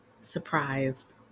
surprised